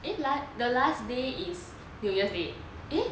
the last day is new year's day